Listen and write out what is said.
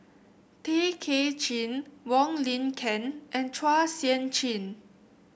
Tay Kay Chin Wong Lin Ken and Chua Sian Chin